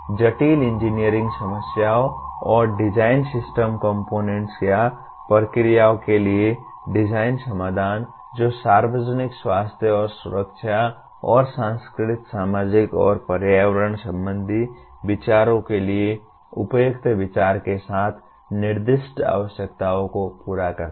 जटिल इंजीनियरिंग समस्याओं और डिज़ाइन सिस्टम कंपोनेंट्स या प्रक्रियाओं के लिए डिज़ाइन समाधान जो सार्वजनिक स्वास्थ्य और सुरक्षा और सांस्कृतिक सामाजिक और पर्यावरण संबंधी विचारों के लिए उपयुक्त विचार के साथ निर्दिष्ट आवश्यकताओं को पूरा करते हैं